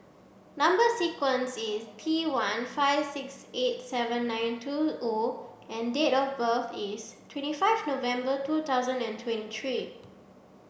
number sequence is T one five six eight seven nine two O and date of birth is twenty five November two thousand and twenty three